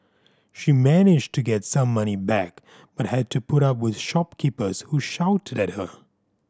she managed to get some money back but had to put up with shopkeepers who shouted at her